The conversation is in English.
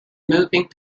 moving